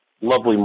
lovely